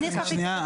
שנייה.